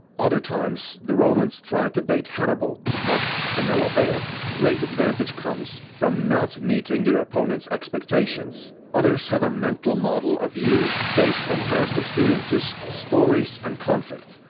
other times the romans tried to bait hannibal, but to no avail. great advantage comes from not meeting your opponent's expectations. others have a mental model of you based on past experiences, stories and conflict.